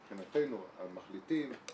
מבחינתנו המחליטים,